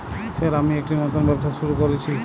Sir আমি একটি নতুন ব্যবসা শুরু করেছি?